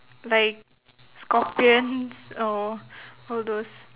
like scorpions or all those